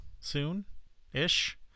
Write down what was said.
soon-ish